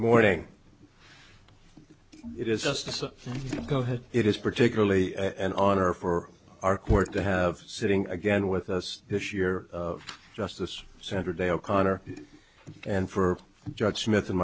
morning it is just a go ahead it is particularly on or for our court to have sitting again with us this year justice sandra day o'connor and for judge smith and